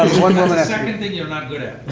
the the second thing you're not good at.